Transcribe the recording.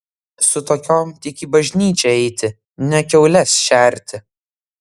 su tokiom tik į bažnyčią eiti ne kiaules šerti